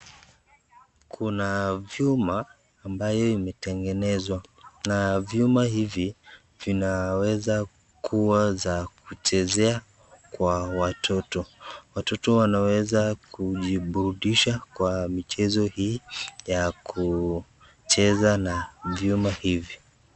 Kuna vyuma ambavyo vimetengenezwa na vyuma hivi vinaweza kuwa za kuchezea kwa watoto. Watoto wanaweza kujiburudisha kwa michezo hii ya kucheza na vyuma hivi.